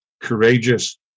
courageous